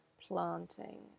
planting